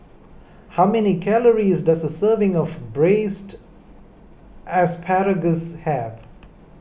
how many calories does a serving of Braised Asparagus have